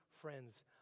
friends